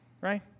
Right